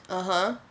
(uh huh)